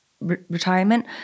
retirement